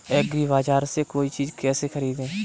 एग्रीबाजार से कोई चीज केसे खरीदें?